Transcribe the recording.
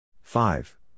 Five